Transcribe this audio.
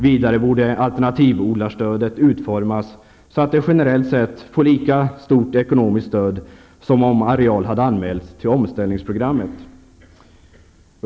Vidare borde alternativodlarstödet utformas så, att det generellt sett blir lika stort som om areal hade anmälts till omställningsprogrammet.